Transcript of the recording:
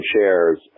shares